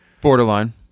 borderline